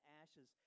ashes